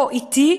או אתי,